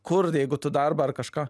kur jeigu tu darbą ar kažką